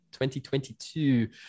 2022